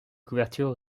couverture